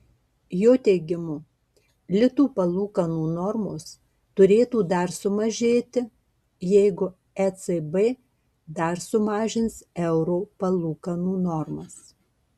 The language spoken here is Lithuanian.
jo teigimu litų palūkanų normos turėtų dar sumažėti jeigu ecb dar sumažins euro palūkanų normas